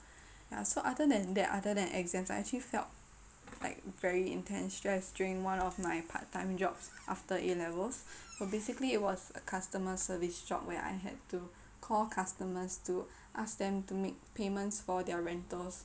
ya so other than that other than exams I actually felt like very intense stress during one of my part time jobs after A Levels so basically it was customer service job where I had to call customers to ask them to make payments for their rentals